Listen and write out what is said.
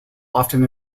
often